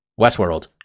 Westworld